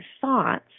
thoughts